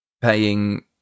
paying